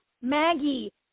Maggie